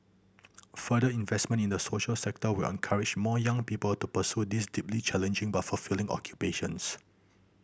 further investment in the social sector will encourage more young people to pursue these deeply challenging but fulfilling occupations